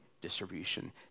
distribution